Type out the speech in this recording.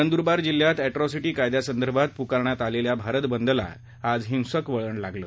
नंदुरबार जिल्ह्यात अट्रॅसीटी कायद्यासंदर्भात पुकारण्यात आलेल्या भारत बंदला आज हिंसक वळण लागलं